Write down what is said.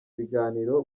ibiganiro